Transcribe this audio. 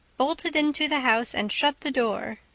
bolted into the house, and shut the door.